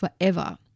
forever